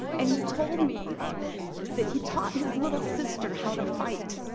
and he told me that he taught his little sister how to fight